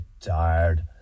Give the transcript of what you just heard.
tired